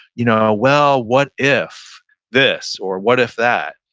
you know well what if this, or what if that?